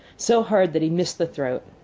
so hard that he missed the throat.